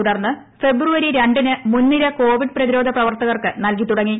തുടർന്ന് ഐബ്ബുവരി രണ്ടിന് മുൻനിര കോവിഡ് പ്രതിരോധ പ്രവർത്തുകർക്ക് നൽകിത്തുടങ്ങി